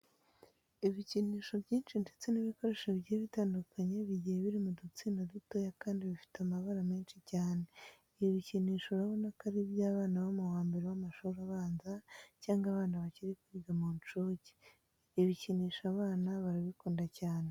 Ibikinisho byinshi ndetse n'ibikoresho bigiye bitandukanye bigiye biri mu dutsinda dutoya kandi bifite amabara menshi cyane. Ibi bikinisho urabona ko ari iby'abana bo mu wa mbere w'amashuri abanza cyangwa abana bakiri kwiga mu nshuke. Ibikinisho abana barabikunda cyane.